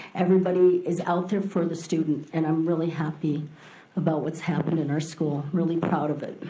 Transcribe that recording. everybody is out there for the student, and i'm really happy about what's happened in our school. really proud of it.